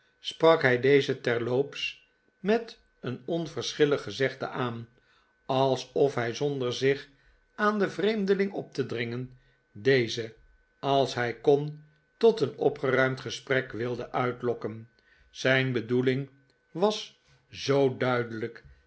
sprak hij dezen terloops met een onverschillig gezegde aan alsof hij zonder zich aan den vreemdeling op te dringen dezen als hij kon tot een opgeruimd gesprek wilde uitlokken zijn bedoeling was zoo duidelijk